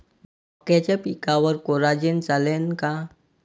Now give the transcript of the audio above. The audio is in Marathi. मक्याच्या पिकावर कोराजेन चालन का?